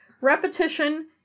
repetition